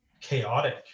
chaotic